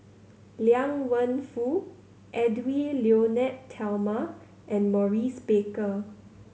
Liang Wenfu Edwy Lyonet Talma and Maurice Baker